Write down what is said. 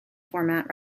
format